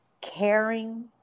caring